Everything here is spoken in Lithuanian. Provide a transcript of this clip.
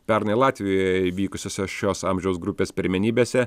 pernai latvijoje įvykusiose šios amžiaus grupės pirmenybėse